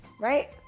Right